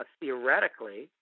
theoretically –